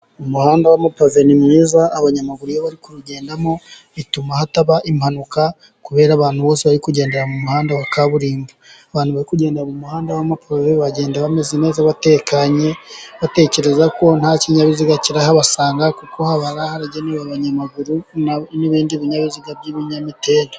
Umuhanda wamapave ni mwiza, abanyamaguru iyo bari kuwugendamo, bituma hataba impanuka, kubera ko abantu bose, bari kugendera mu muhanda wa kaburimbo, abantu bari kugenda mu muhanda wamapave, bagenda bameze neza batekanye, batekereza ko nta kinyabiziga kirahabasanga, kuko haba haragenewe abanyamaguru, n'ibindi binyabiziga by'ibinyamitendu.